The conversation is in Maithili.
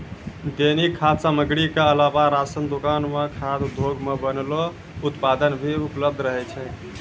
दैनिक खाद्य सामग्री क अलावा राशन दुकान म खाद्य उद्योग सें बनलो उत्पाद भी उपलब्ध रहै छै